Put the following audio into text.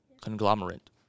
conglomerate